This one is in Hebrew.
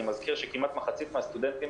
אני מזכיר שכמעט מחצית מהסטודנטים